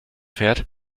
fährt